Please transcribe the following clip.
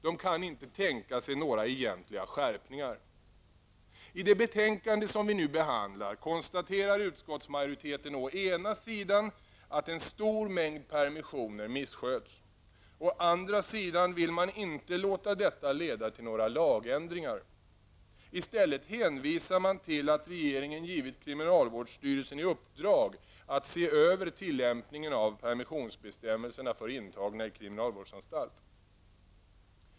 De kan inte tänka sig några egentliga skärpningar. I det betänkande som vi nu behandlar konstaterar utskottsmajoriteten å ena sidan att en stor mängd permissioner missköts. Å andra sidan vill man inte låta detta leda till några lagändringar. I stället hänvisar man till att regeringen givit kriminalvårdsstyrelsen i uppdrag att se över tillämpningen av permissionsbestämmelserna för intagna på kriminalvårdsanstalt.